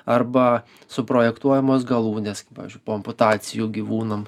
arba suprojektuojamos galūnės kaip pavyzdžiui po amputacijų gyvūnam